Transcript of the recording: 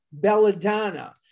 belladonna